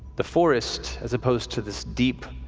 the forest, as opposed to this deep,